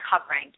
covering